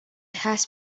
has